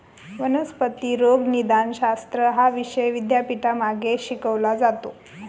वनस्पती रोगनिदानशास्त्र हा विषय विद्यापीठांमध्ये शिकवला जातो